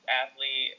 athlete